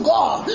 God